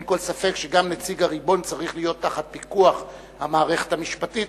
אין כל ספק שגם נציג הריבון צריך להיות תחת פיקוח המערכת המשפטית.